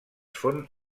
fon